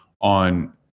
on